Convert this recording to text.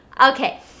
okay